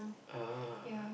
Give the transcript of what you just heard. ah